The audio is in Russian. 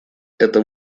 это